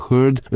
Heard